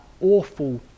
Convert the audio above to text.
awful